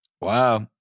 Wow